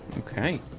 Okay